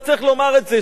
וצריך לומר את זה,